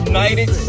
United